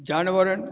जानवरनि